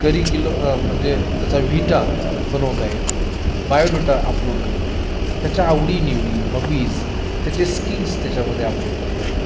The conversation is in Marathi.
करिक्युल म्हणजे त्याचा व्हिटा बनवता येतो बायोडोटा अपलोड करता येतो त्याच्या आवडीनिवडी हॉबीज त्याचे स्किल्स त्याच्यामध्ये अपलोड करता येतात